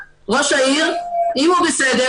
אם ראש העיר הוא בסדר,